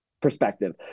perspective